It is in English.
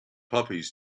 puppies